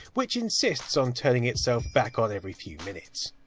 which insists on turning itself back on every few minutes.